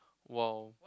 !wow!